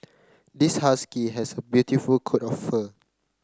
this husky has a beautiful coat of fur